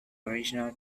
original